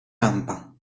rampa